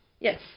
Yes